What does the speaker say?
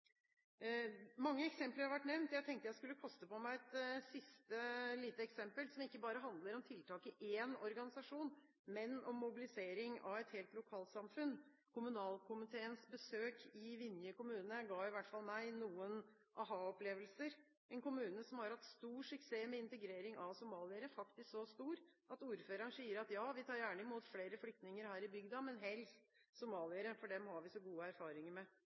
Mange eksempler har vært nevnt. Jeg tenkte jeg skulle koste på meg et siste lite eksempel, som ikke bare handler om tiltak i én organisasjon, men om mobilisering av et helt lokalsamfunn. Kommunalkomiteens besøk i Vinje kommune ga i hvert fall meg noen aha-opplevelser. Det er en kommune som har hatt stor suksess med integrering av somaliere, faktisk så stor at ordføreren sier: Ja, vi tar gjerne imot flere flyktninger her i bygda, men helst somaliere, for dem har vi så gode erfaringer med.